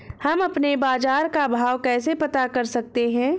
हम अपने बाजार का भाव कैसे पता कर सकते है?